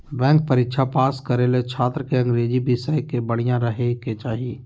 bank परीक्षा pass करे ले छात्र के अंग्रेजी विषय बढ़िया रहे के चाही